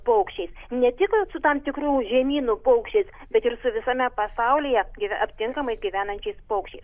paukščiais ne tik su tam tikrų žemynų paukščiais bet ir su visame pasaulyje ir aptinkamais gyvenančiais paukščiais